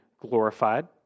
glorified